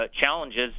challenges